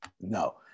No